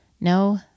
No